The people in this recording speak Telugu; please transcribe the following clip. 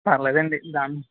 పర్లేదండి దాన్ని